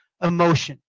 emotion